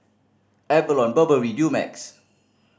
Avalon Burberry Dumex